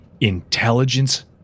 intelligence